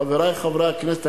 חברי חברי הכנסת,